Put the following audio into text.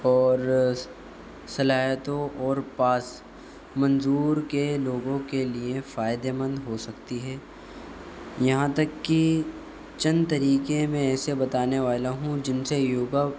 اور صلاحیتوں اور پاس منظور کے لوگوں کے لیے فائدےمند ہو سکتی ہے یہاں تک کہ چند طریقے میں ایسے بتانے والا ہوں جن سے یوگا